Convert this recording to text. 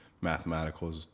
mathematical